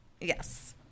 Yes